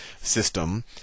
system